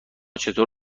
چطور